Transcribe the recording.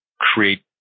create